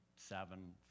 seven